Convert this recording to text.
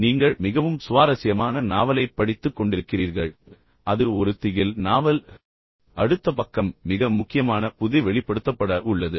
எனவே நீங்கள் மிகவும் சுவாரஸ்யமான நாவலைப் படித்துக் கொண்டிருக்கிறீர்கள் அதை யார் செய்தார்கள் என்பதை போன்ற ஒரு திகில் நாவல் அடுத்த பக்கம் மிக முக்கியமான புதிர் வெளிப்படுத்தப்பட உள்ளது